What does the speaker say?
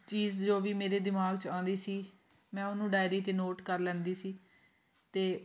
ਚੀਜ਼ ਜੋ ਵੀ ਮੇਰੇ ਦਿਮਾਗ 'ਚ ਆਉਂਦੀ ਸੀ ਮੈਂ ਉਹਨੂੰ ਡਾਇਰੀ 'ਤੇ ਨੋਟ ਕਰ ਲੈਂਦੀ ਸੀ ਅਤੇ